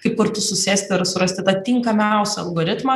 kaip kartu susėsti ir surasti tą tinkamiausią algoritmą